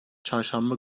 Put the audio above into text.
çarşamba